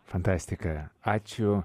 fantastika ačiū